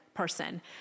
person